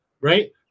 right